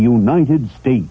united states